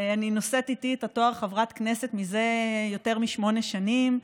אני נושאת איתי את התואר חברת כנסת זה יותר משמונה שנים.